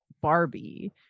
Barbie